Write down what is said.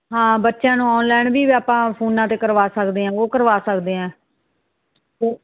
ਹਾਂ ਬੱਚਿਆਂ ਨੂੰ ਆਨਲਾਈਨ ਵੀ ਆਪਾਂ ਫੋਨਾਂ 'ਤੇ ਕਰਵਾ ਸਕਦੇ ਹਾਂ ਉਹ ਕਰਵਾ ਸਕਦੇ ਹਾਂ